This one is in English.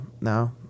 now